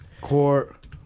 Court